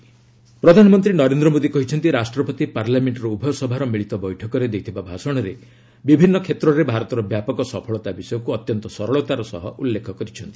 PM ପ୍ରେଜ୍ ସ୍କିଚ୍ ପ୍ରଧାନମନ୍ତ୍ରୀ ନରେନ୍ଦ୍ର ମୋଦୀ କହିଛନ୍ତି ରାଷ୍ଟ୍ରପତି ପାର୍ଲାମେଣ୍ଟର ଉଭୟସଭାର ମିଳିତ ବୈଠକରେ ଦେଇଥିବା ଭାଷଣରେ ବିଭିନ୍ନ କ୍ଷେତ୍ରରେ ଭାରତର ବ୍ୟାପକ ସଫଳତା ବିଷୟକୁ ଅତ୍ୟନ୍ତ ସରଳତାର ସହ ଉଲ୍ଲେଖ କରିଛନ୍ତି